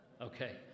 Okay